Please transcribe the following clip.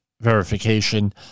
verification